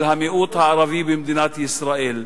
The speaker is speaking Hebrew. של המיעוט הערבי במדינת ישראל.